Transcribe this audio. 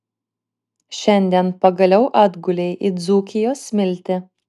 šiandien pagaliau atgulei į dzūkijos smiltį